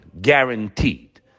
Guaranteed